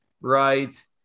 right